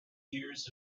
years